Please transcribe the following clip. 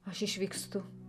aš išvykstu